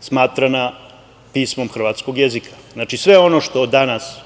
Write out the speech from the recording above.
smatrana pismom hrvatskog jezika. Znači, sve ono što se danas